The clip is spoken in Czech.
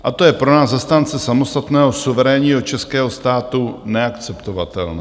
A to je pro nás, zastánce samostatného suverénního českého státu, neakceptovatelné.